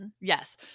Yes